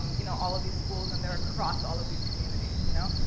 you know, all of these schools, and they're across all of these communities, you know?